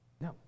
No